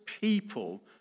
people